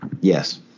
Yes